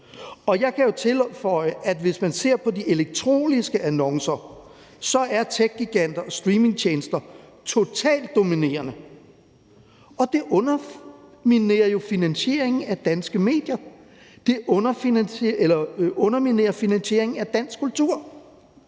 Og jeg kan jo tilføje, at hvis man ser på de elektroniske annoncer, er techgiganter og streamingtjenester totalt dominerende, og det underminerer jo finansieringen af danske medier; det underminerer finansieringen af dansk kultur.